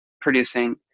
producing